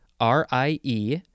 R-I-E